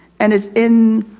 and it's in